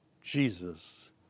Jesus